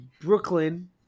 brooklyn